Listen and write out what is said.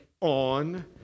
on